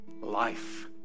Life